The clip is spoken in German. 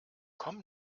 komm